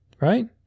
right